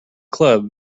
club